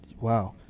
wow